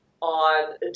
On